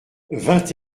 vingt